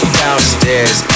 downstairs